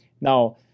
Now